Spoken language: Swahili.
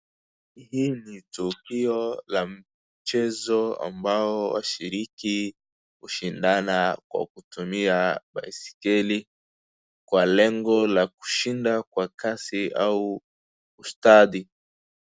Hii ni tukio la mchezo ambao washiriki hushindana kwa kutumia baiskeli kwa lengo la kushinda kwa kasi au ustadhi.